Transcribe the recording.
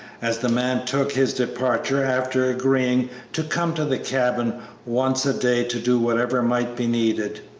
as the man took his departure after agreeing to come to the cabin once a day to do whatever might be needed.